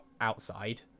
outside